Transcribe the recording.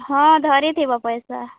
ହଁ ଧରିଥିବ ପଏସା